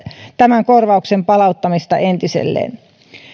tämän korvauksen palauttamista entiselleen